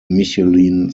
michelin